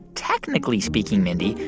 technically speaking, mindy,